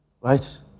Right